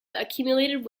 accumulated